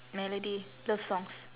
melody love songs